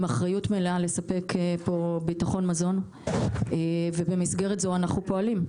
אחריות מלאה לספק ביטחון מזון ובמסגרת זו אנחנו פועלים.